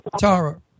Tara